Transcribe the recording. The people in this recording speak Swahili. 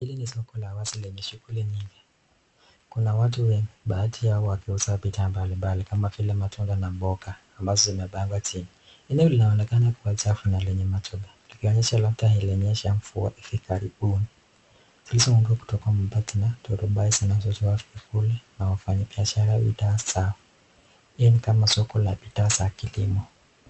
Hili ni soko la wazi lenye shughuli mingi, kuna watu wengi, baadhi yao wakiuza bidhaa mbali mbali kama vile matunda na mboga, ambazo zimepangwa chini eneo linaonekana kuwa chafu na lenye machubu likionyesha ni kaa ilinyesha mvua hivi karibuni, hili ni kama soko la bidhaa za kilimo.